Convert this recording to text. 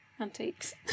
antiques